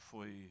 Foi